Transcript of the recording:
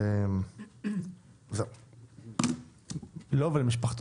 לו ולמשפחתו.